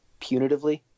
punitively